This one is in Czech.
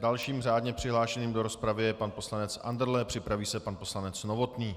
Dalším řádně přihlášeným do rozpravy je pan poslanec Andrle, připraví se pan poslanec Novotný.